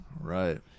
Right